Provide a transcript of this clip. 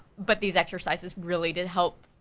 but these exercises really did help,